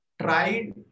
tried